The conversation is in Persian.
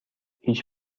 هیچ